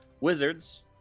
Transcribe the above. wizards